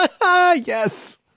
Yes